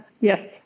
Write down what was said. Yes